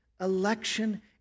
election